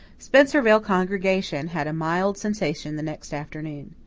spencervale congregation had a mild sensation the next afternoon.